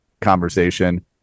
conversation